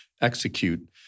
execute